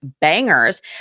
bangers